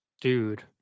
Dude